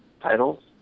titles